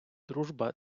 дружба